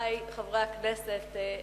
חברי חברי הכנסת,